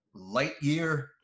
Lightyear